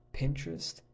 Pinterest